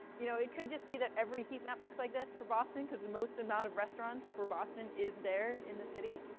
you know, it could just be that every heat map looks like this for boston because the most amount of restaurants for boston is there in the city,